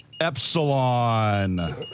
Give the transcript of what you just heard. Epsilon